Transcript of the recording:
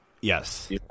Yes